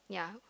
yeah